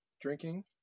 drinking